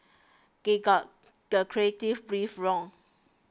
they got the creative brief wrong